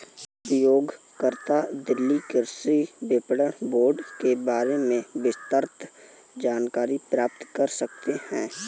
उपयोगकर्ता दिल्ली कृषि विपणन बोर्ड के बारे में विस्तृत जानकारी प्राप्त कर सकते है